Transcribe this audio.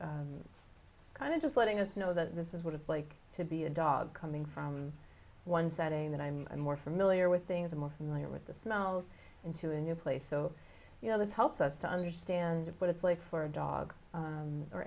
kind of just letting us know that this is what it's like to be a dog coming from one setting that i'm more familiar with things i'm more familiar with the smells into a new place so you know this helps us to understand what it's like for a dog